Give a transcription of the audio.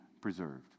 preserved